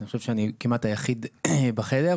אני חושב שאני כמעט היחיד בחדר,